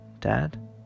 Dad